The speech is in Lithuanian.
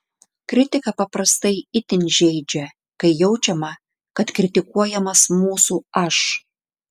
kritika paprastai itin žeidžia kai jaučiama kad kritikuojamas mūsų aš